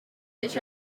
ditch